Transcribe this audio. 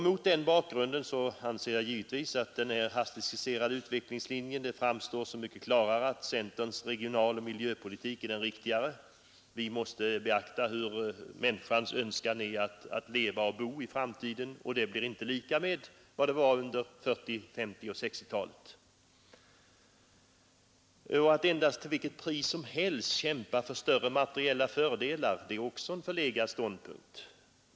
Mot denna bakgrund och denna hastigt skisserade utvecklingslinje tycker jag det framstår mycket klart att 127 centerns regionaloch miljöpolitik är den riktiga. Vi måste beakta hur medborgarna önskar leva och bo i framtiden, en önskan som inte är densamma nu som den var under 1950 och 1960-talen. Det är också en förlegad ståndpunkt att till vilket pris som helst kämpa för materiella fördelar.